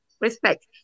respect